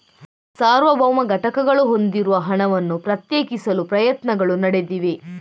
ಸಾರ್ವಭೌಮ ಘಟಕಗಳು ಹೊಂದಿರುವ ಹಣವನ್ನು ಪ್ರತ್ಯೇಕಿಸಲು ಪ್ರಯತ್ನಗಳು ನಡೆದಿವೆ